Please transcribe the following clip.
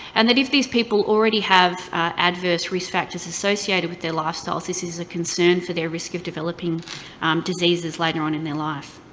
and if these people already have adverse risk factors associated with their lifestyles, this is a concern for their risk of developing diseases later on in their life.